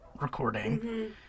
recording